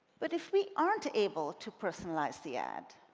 but if we aren't able to personalize the ad